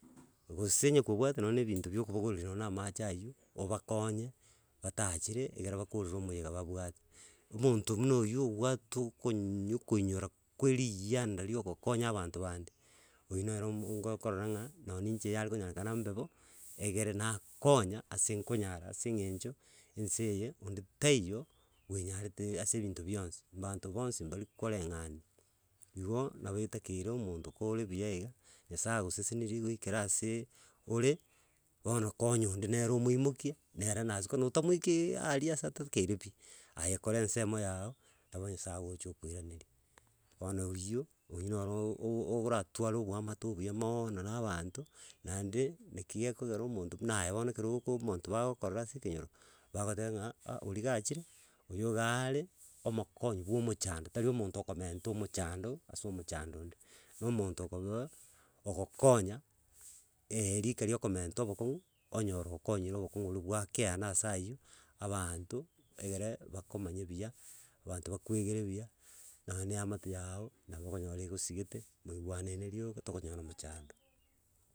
gose onye kobwatwa nonye ebinto bia okobogoreria nonye na amache aywo obakonye, bataachere egere bakorere omoiyega babwate. Omonto muna oywo obwata okonyu koinyora koeriyanda ria ogokonya abanto bande, oywo nere omo ngokora ng'a nonye inche yarekonyarena imbe bo, egere nakonya ase nkonyara ase eng'encho ense eye onde taiyo bwenyarete ase ebinto bionsi, mbanto bosi barikoreng'ania igo nabo etakeire omonto kore buya iga nyasaye agosesenirie goikera ase ore, bono konya onde nere omoimokie nere nasuka notamoiki aria ase atakerie pi, aye kora ensemo yago, nabo nyasaye ogocha okoiraneria. Bono oywo, oywo noro o- oooratwara oboamate obuya mooono na abanto, naende naki gekogera omonto buna aye bono ekero oko omonto bagokorora ase ekenyoro, bagoteba ng'a ah oria gachire, oyo gaare omokonyi bwa omochando, tari omonto okomenta omochando ase omochando onde, na omonto okoba, ogokonya, rika ria okomenta obokong'u, onyora okonyire obokong'u bori bwakea na ase aywo, abanto egere bakomanye buya abanto bakoegere buya, naende eamate yago, nabo okonyora egosigete, moigwanaine rioka tokonyora mochando.